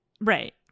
right